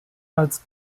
als